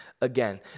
again